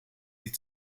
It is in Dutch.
die